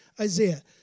Isaiah